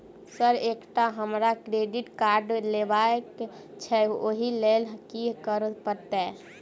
Sir एकटा हमरा credit card लेबकै छैय ओई लैल की करऽ परतै?